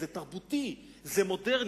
זה תרבותי וזה מודרני.